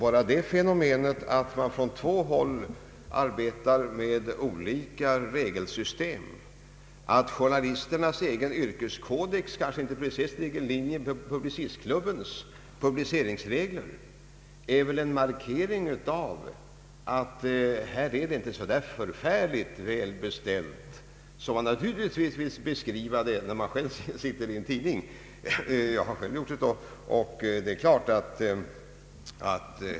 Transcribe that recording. Bara det fenomenet att man från två håll arbetar med olika regelsystem, att journalisternas egen yrkeskodex kanske inte precis ligger i linje med Publicistklubbens publiceringsregler, är väl en markering av att det inte är så välbeställt som man naturligtvis vill beskriva det när man arbetar i en tidning — jag har själv gjort det.